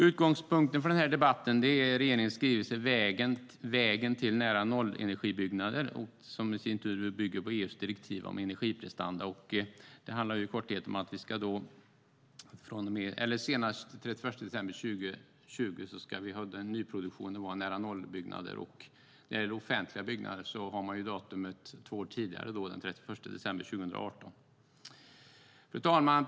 Utgångspunkten för debatten är regeringens skrivelse Vägen till nära-nollenergibyggnader , som i sin tur bygger på EU:s direktiv om energiprestanda. Det handlar i korthet om att nyproduktionen senast den 31 december 2020 ska vara nära-nollenergibyggnader. När det gäller offentliga byggnader ska det vara två år tidigare, den 31 december 2018. Fru talman!